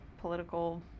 political